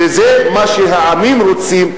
וזה מה שהעמים רוצים,